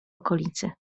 okolicy